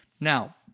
Now